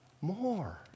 More